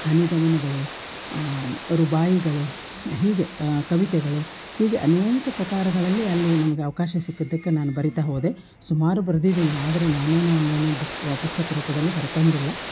ಹನಿಗವನಗಳು ರುಬಾಯಿಗಳು ಹೀಗೆ ಕವಿತೆಗಳು ಹೀಗೆ ಅನೇಕ ಪ್ರಕಾರಗಳಲ್ಲಿ ಅಲ್ಲಿ ನಮ್ಗೆ ಅವಕಾಶ ಸಿಕ್ಕಿದ್ದಕ್ಕೆ ನಾನು ಬರಿತಾ ಹೋದೆ ಸುಮಾರು ಬರೆದಿದ್ದೀನಿ ಆದರೆ ನಾನೇನು ಅವನೇನು ಬುಕ್ಕು ಪುಸ್ತಕ ರೂಪದಲ್ಲಿ ಹೊರತಂದಿಲ್ಲ